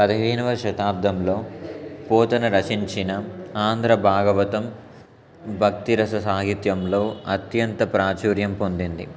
పదిహేనవ శతాబ్దంలో పోతన రచించిన ఆంధ్ర భాగవతం భక్తిరస సాహిత్యంలో అత్యంత ప్రాచుర్యం పొందింది